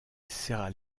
serra